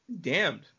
Damned